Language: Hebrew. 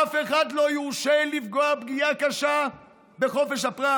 אף אחד לא יורשה לפגוע פגיעה קשה בחופש הפרט.